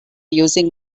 using